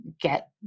get